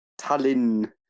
Tallinn